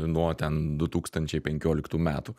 nuo ten du tūkstančiai penkioliktų metų